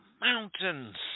mountains